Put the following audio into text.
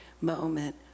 moment